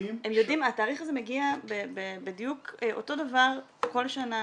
התאריך הזה מגיע בדיוק אותו דבר כל שנה,